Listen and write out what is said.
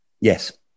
Yes